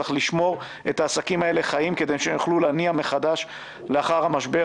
צריך לשמור את העסקים האלה חיים כדי שהם יוכלו להניע מחדש לאחר מהמשבר.